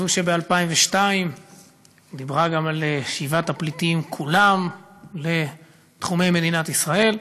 זו שב-2002 דיברה גם על שיבת הפליטים כולם לתחומי מדינת ישראל,